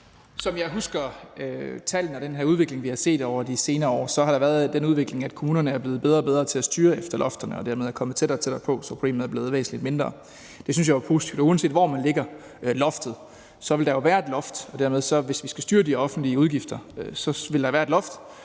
Som jeg husker tallene for den her udvikling, vi har set over de senere år, viser de, at kommunerne er blevet bedre og bedre til at styre efter lofterne og dermed er kommet tættere og tættere på det, så problemet er blevet væsentlig mindre. Det synes jeg jo er positivt. Og uanset hvor man lægger loftet, vil der jo være et loft. Hvis vi skal styre de offentlige udgifter, vil der være et loft,